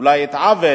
אולי את העוול,